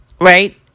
Right